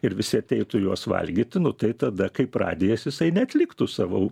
ir visi ateitų juos valgyt nu tai tada kaip radijas jisai neatliktų savo